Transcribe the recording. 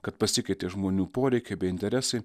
kad pasikeitė žmonių poreikiai bei interesai